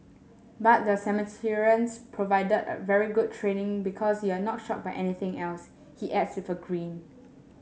but the Samaritans provided very good training because you're not shocked by anything he adds with a grin